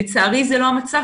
לצערי זה לא המצב.